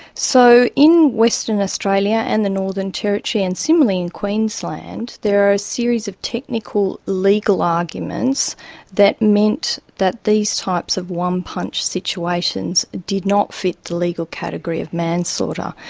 so, in western australia and the northern territory and similarly in queensland, there are a series of technical, legal arguments that meant that these types of one-punch situations did not fit the legal category of manslaughter.